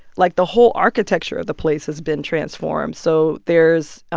like, the whole architecture of the place has been transformed. so there's,